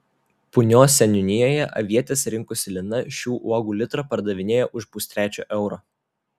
punios seniūnijoje avietes rinkusi lina šių uogų litrą pardavinėjo už pustrečio euro